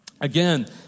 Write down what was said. Again